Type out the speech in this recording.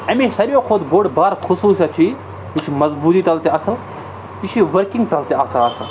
اَمِچ ساروی کھۄتہٕ بوٚڈ بار خصوٗصیت چھُ یہِ یہِ چھُ مضبوٗطی تَل تہِ اَصٕل یہِ چھِ ؤرٕکِنٛگ تَل تہِ اَصٕل آسان